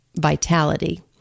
vitality